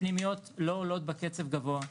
הפנימיות לא עולות בקצב גבוה,